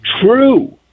true